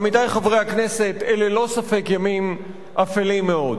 עמיתי חברי הכנסת, אלה ללא ספק ימים אפלים מאוד.